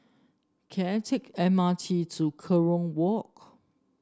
can I take M R T to Kerong Walk